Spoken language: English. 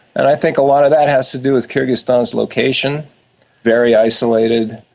and i think a lot of that has to do with kyrgyzstan's location very isolated,